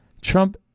Trump